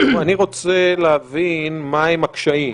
אני רוצה להבין מהם הקשיים,